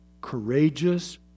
courageous